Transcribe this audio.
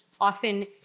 often